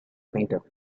painter